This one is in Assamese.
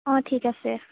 অঁ ঠিক আছে